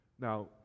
Now